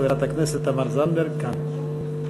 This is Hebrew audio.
חברת הכנסת תמר זנדברג כאן.